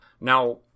now